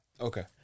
Okay